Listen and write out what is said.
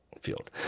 field